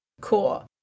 Cool